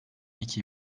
iki